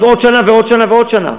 אז עוד שנה, ועוד שנה, ועוד שנה,